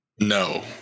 No